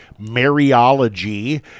Mariology